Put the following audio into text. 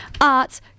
Arts